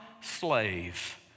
slave